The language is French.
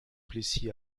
plessis